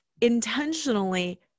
intentionally